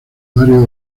varios